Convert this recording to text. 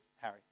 Harry